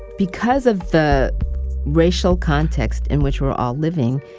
because of the racial context in which we're all living,